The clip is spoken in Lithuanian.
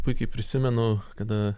puikiai prisimenu kada